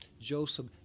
Joseph